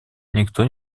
никто